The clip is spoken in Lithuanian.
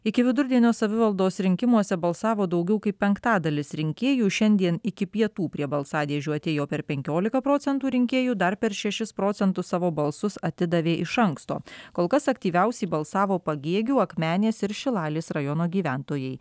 iki vidurdienio savivaldos rinkimuose balsavo daugiau kaip penktadalis rinkėjų šiandien iki pietų prie balsadėžių atėjo per penkiolika procentų rinkėjų dar per šešis procentus savo balsus atidavė iš anksto kol kas aktyviausiai balsavo pagėgių akmenės ir šilalės rajono gyventojai